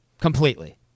completely